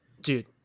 Dude